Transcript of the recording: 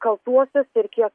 kaltuosius ir kiek